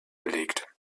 belegt